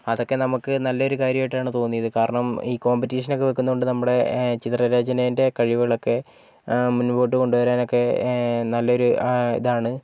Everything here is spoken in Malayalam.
അതൊക്കെ നമുക്ക് നല്ലൊരു കാര്യമായിട്ടാണ് തോന്നിയത് കാരണം ഈ കോമ്പറ്റീഷനൊക്കെ വെയ്ക്കുന്നോണ്ട് നമ്മുടെ ചിത്രരചനന്റെ കഴിവുകളൊക്കെ മുന്നോട്ട് കൊണ്ടുവരാനൊക്കെ നല്ലൊരു ഇതാണ്